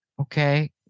okay